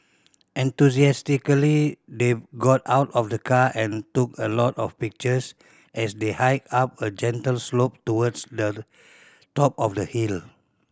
enthusiastically they got out of the car and took a lot of pictures as they hiked up a gentle slope towards the top of the hill